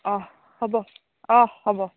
অহ হ'ব অহ হ'ব